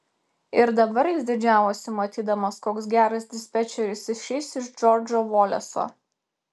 ir dabar jis didžiavosi matydamas koks geras dispečeris išeis iš džordžo voleso